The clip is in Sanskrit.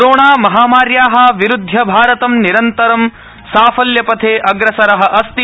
कोरोणा महामार्या विरुध्य भारतं निरन्तरं साफल्य पथे अग्रसर अस्ति